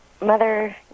mother